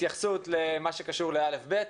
התייחסות למה שקשור לא'-ב',